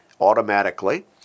automatically